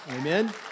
amen